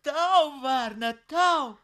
tau varna tau